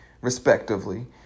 Respectively